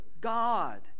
God